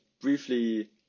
briefly